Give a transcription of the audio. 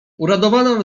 uradowana